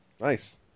nice